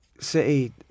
City